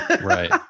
right